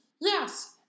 Yes